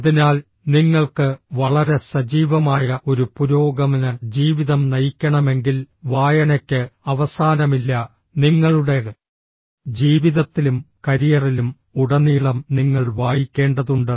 അതിനാൽ നിങ്ങൾക്ക് വളരെ സജീവമായ ഒരു പുരോഗമന ജീവിതം നയിക്കണമെങ്കിൽ വായനയ്ക്ക് അവസാനമില്ല നിങ്ങളുടെ ജീവിതത്തിലും കരിയറിലും ഉടനീളം നിങ്ങൾ വായിക്കേണ്ടതുണ്ട്